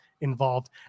involved